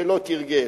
שלא תרגל.